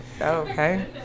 Okay